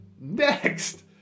Next